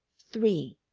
three.